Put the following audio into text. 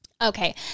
Okay